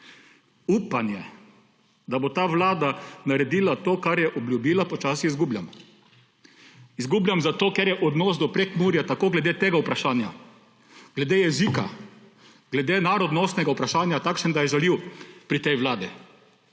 upanje, da bo ta vlada naredila to, kar je obljubila, počasi izgubljam. Izgubljam zato, ker je odnos do Prekmurja tako glede tega vprašanja, glede jezika, glede narodnostnega vprašanja, takšen, da je žaljiv pri tej vladi,